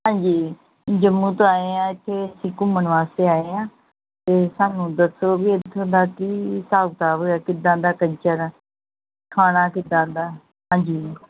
ਹਾਂਜੀ ਜੰਮੂ ਤੋਂ ਆਏ ਹਾਂ ਇੱਥੇ ਅਸੀਂ ਘੁੰਮਣ ਵਾਸਤੇ ਆਏ ਹਾਂ ਅਤੇ ਸਾਨੂੰ ਦੱਸੋ ਵੀ ਇੱਥੇ ਦਾ ਕੀ ਹਿਸਾਬ ਕਿਤਾਬ ਹੈ ਕਿੱਦਾਂ ਦਾ ਕਲਚਰ ਆ ਖਾਣਾ ਕਿੱਦਾਂ ਦਾ ਹਾਂਜੀ